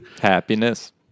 Happiness